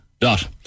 dot